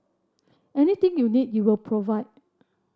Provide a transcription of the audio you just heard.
anything you need he will provide